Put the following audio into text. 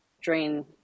drain